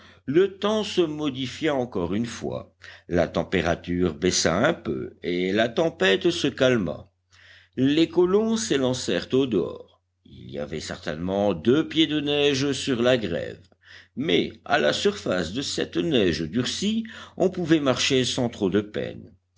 le temps se modifia encore une fois la température baissa un peu et la tempête se calma les colons s'élancèrent au dehors il y avait certainement deux pieds de neige sur la grève mais à la surface de cette neige durcie on pouvait marcher sans trop de peine